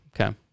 okay